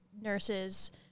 Nurses